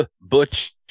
Butch